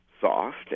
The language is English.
soft